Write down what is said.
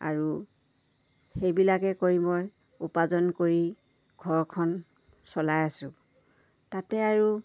আৰু সেইবিলাকে কৰি মই উপাৰ্জন কৰি ঘৰখন চলাই আছোঁ তাতে আৰু